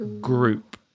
group